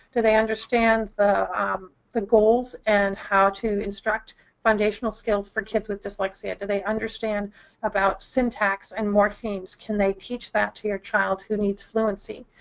do they understand the ah um the goals and how to instruct foundational skills for kids with dyslexia? do they understand about syntax and morphemes? can they teach that to your child who needs fluency?